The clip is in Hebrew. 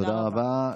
תודה רבה.